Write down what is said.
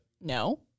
no